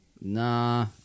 Nah